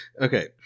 okay